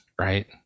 right